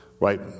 Right